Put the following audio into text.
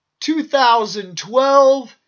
2012